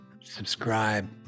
subscribe